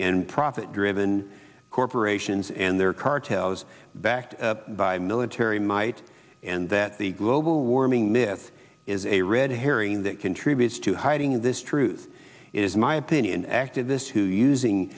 and profit driven corporations and their cartel is backed by military might and that the global warming myth is a red herring that contributes to hiding this truth is my opinion activists who using